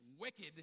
wicked